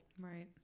right